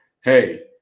hey